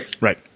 Right